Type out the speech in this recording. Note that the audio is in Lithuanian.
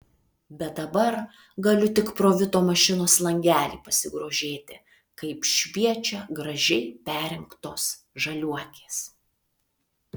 bet dabar galiu tik pro vito mašinos langelį pasigrožėti kaip šviečia gražiai perrinktos žaliuokės